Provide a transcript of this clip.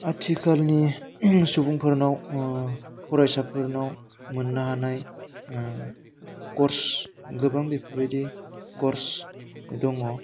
आथिखालनि सुबुंफोरनाव फरायसाफोरनाव मोननो हानाय कर्स गोबां बेफोरबायदि कर्स दङ